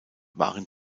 waren